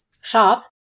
shop